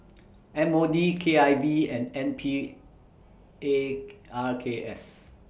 M O D K I V and N P A R K S